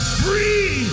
free